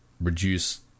reduce